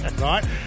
Right